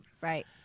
Right